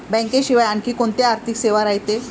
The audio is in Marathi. बँकेशिवाय आनखी कोंत्या आर्थिक सेवा रायते?